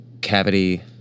cavity